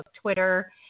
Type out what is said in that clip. Twitter